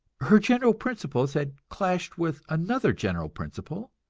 her general principles had clashed with another general principle,